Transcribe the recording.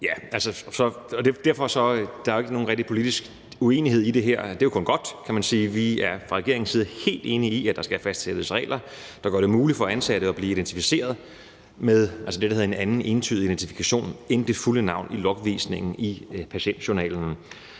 Derfor er der jo ikke rigtig nogen politisk uenighed i det her, og det er kun godt, kan man sige. Vi er fra regeringens side helt enig i, at der skal fastsættes regler, der gør det muligt for ansatte at blive identificeret med det, der hedder en anden entydig identifikation end det fulde navn, i logvisningen i patientjournalen.